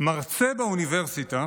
מרצה באוניברסיטה